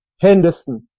Henderson